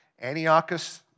Antiochus